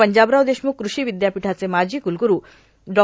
पंजाबराव देशमुख कृषी विदयापीठाचे माजी कृलग्रू डॉ